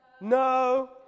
no